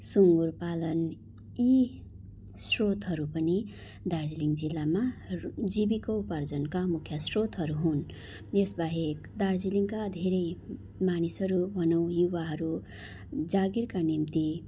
सुँगुर पालन यी स्रोतहरू पनि दार्जिलिङ जिल्लामा जिविकोपार्जनका मुख्य स्रोतहरू हुन् यसबाहेक दार्जिलिङका धेरै मानिसहरू भनौँ युवाहरू जागिरका निम्ति